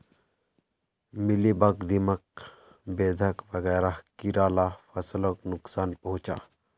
mealybug, दीमक, बेधक वगैरह कीड़ा ला फस्लोक नुक्सान पहुंचाः